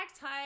tie